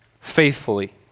Faithfully